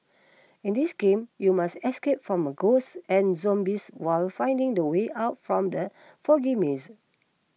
in this game you must escape from ghosts and zombies while finding the way out from the foggy maze